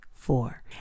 four